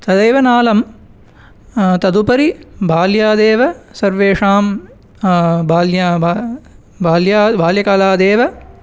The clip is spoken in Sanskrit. तदेवनालं तदुपरि बाल्यादेव सर्वेषां बाल्य बा बाल्याद् बाल्यकालादेव